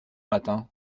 matin